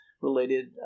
related